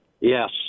Yes